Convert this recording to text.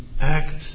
act